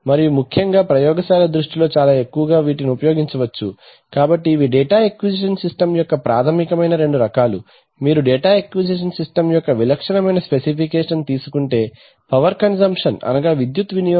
మరియు ముఖ్యంగా ప్రయోగశాల దృష్టిలో చాలా ఎక్కువగా వీటిని ఉపయోగించవచ్చు కాబట్టి ఇవి డేటా అక్విజిషన్ సిస్టమ్ యొక్క ప్రాథమికమైన రెండు రకాలు మీరు డేటా అక్విజిషన్ సిస్టమ్ యొక్క విలక్షణమైన స్పెసిఫికేషన్ తీసుకుంటే పవర్ కన్సంప్షన్ అనగా విద్యుత్ వినియోగం